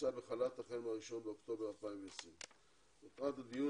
נמצא בחל"ת החל מה-1 באוקטובר 2020. מטרת הדיון